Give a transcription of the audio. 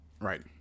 right